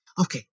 Okay